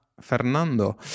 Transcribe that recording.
Fernando